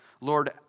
Lord